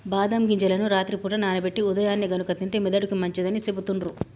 బాదం గింజలను రాత్రి పూట నానబెట్టి ఉదయాన్నే గనుక తింటే మెదడుకి మంచిదని సెపుతుండ్రు